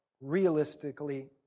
realistically